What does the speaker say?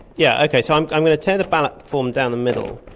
yeah okay, so i'm i'm going to tear the ballot form down the middle,